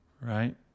right